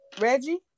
Reggie